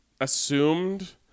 assumed